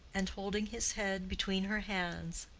and holding his head between her hands,